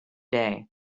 day